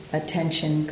attention